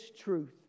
truth